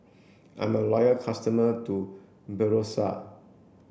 I'm a loyal customer to Berocca